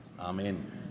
Amen